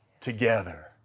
together